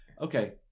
okay